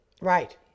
Right